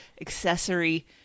accessory